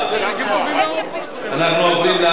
אנו עוברים להצעת